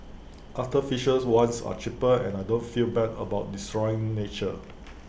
artificial ones are cheaper and I don't feel bad about destroying nature